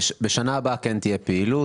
בשנה הבאה תהיה פעילות.